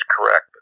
correct